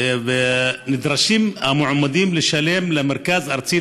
נדרשו המועמדים לשלם למרכז הארצי